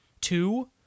two